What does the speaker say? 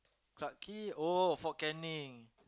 Clarke-Quay oh Fort-Canning